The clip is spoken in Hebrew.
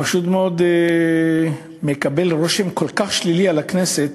פשוט מאוד מקבל רושם כל כך שלילי על הכנסת